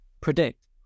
predict